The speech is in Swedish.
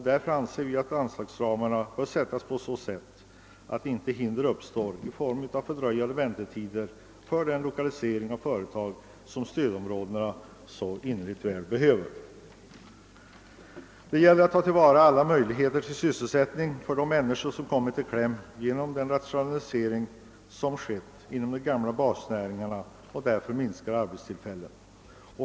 Därför anser vi att anslagsramarna bör sättas på sådant sätt att inga hinder uppstår i form av fördröjande väntetider för den lokalisering av företag som stödområdena så innerligt väl behöver. Det gäller att ta till vara alla möjlighe ter till sysselsättning för de människor som kommit i kläm genom den rationalisering som skett inom de gamla basnäringarna och de därmed minskade arbetstillfällena.